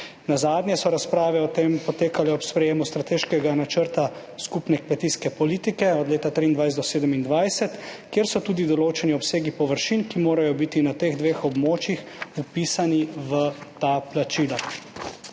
Nazadnje so razprave o tem potekale ob sprejemu Strateškega načrta skupne kmetijske politike 2023–2027, kjer so določeni tudi obsegi površin, ki morajo biti na teh dveh območjih vpisani v ta plačila.